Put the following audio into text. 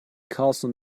castle